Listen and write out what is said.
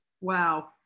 Wow